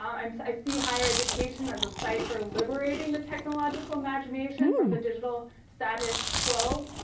um so i see higher education as a site for liberating the technological imagination from the digital status quo.